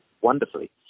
Wonderfully